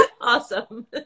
Awesome